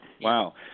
Wow